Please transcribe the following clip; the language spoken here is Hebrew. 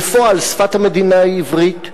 בפועל שפת המדינה היא עברית,